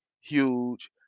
huge